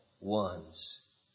ones